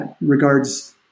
regards